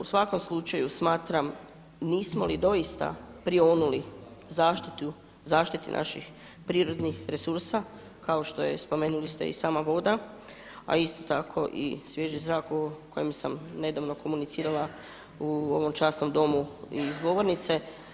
U svakom slučaju smatram nismo li doista prionuli zaštiti naših prirodnih resursa kao što je spomenuli ste i sama voda, a isto tako i svježi zrak o kojem sam nedavno komunicirala u ovom časnom Domu i iz govornice.